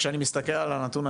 כשאני מסתכל על הנתון,